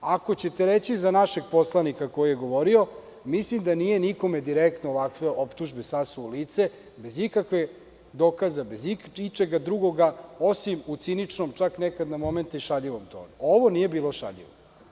Ako ćete reći za našeg poslanika koji je govorio, mislim da nije nikome direktno ovakve optužbe sasuo u lice, bez ikakvih dokaza, bez ičega drugoga, osim u ciničnom, čak nekada na momente i šaljivom tonu, a ovo nije bilo šaljivo.